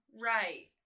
Right